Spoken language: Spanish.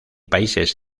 países